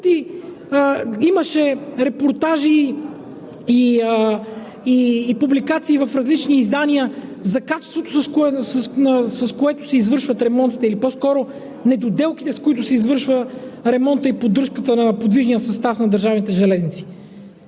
имаше репортажи и публикации в различни издания за качеството, с което се извършват ремонтите или по-скоро недоделките, с които се извършват ремонтът и поддръжката на подвижния състав на Държавните железници?